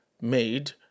Made